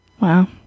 Wow